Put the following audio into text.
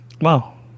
Wow